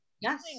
Yes